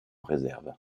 réserve